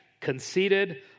conceited